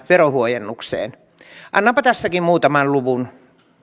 verohuojennukseen ja annanpa tässäkin muutaman luvun